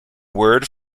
word